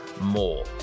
more